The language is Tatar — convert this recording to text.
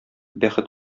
бәхет